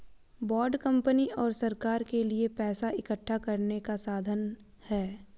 bond company और सरकार के लिए पैसा इकठ्ठा करने का साधन है